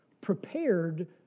prepared